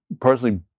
Personally